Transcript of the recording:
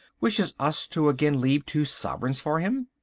wishes us to again leave two sovereigns for him?